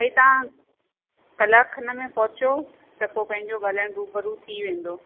भई तव्हां कलाकु खनि में पहुचो त पोइ पंहिंजो ॻाल्हाइणु रूबरू थी वेंदो